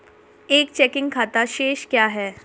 एक चेकिंग खाता शेष क्या है?